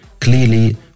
clearly